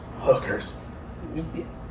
hookers